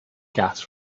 gas